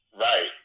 Right